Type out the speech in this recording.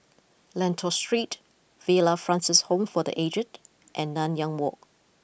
Lentor Street Villa Francis Home for the aged and Nanyang Walk